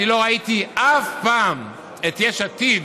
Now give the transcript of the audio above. אני לא ראיתי אף פעם את יש עתיד